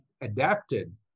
adapted